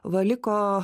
va liko